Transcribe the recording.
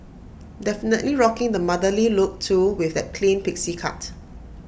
definitely rocking the motherly look too with that clean pixie cut